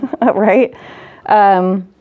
right